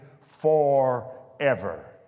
forever